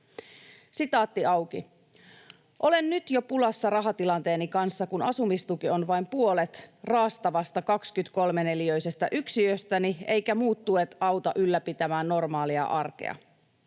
alapuolella.” ”Olen nyt jo pulassa rahatilanteeni kanssa, kun asumistuki on vain puolet raastavasta 23-neliöisestä yksiöstäni, eikä muut tuet auta ylläpitämään normaalia arkea.